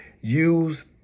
Use